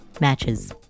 matches